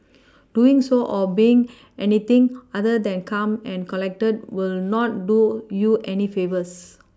doing so or being anything other than calm and collected will not do you any favours